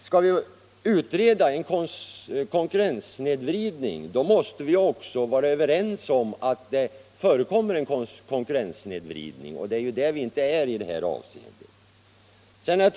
Skall vi utreda frågan om en konkurrenssnedvridning måste vi vara överens om att det föreligger en sådan, och det är vi inte.